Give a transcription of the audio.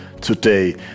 Today